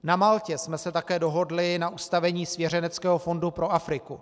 Na Maltě jsme se také dohodli na ustavení svěřeneckého fondu pro Afriku.